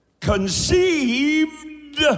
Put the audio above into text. Conceived